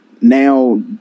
now